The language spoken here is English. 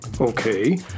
Okay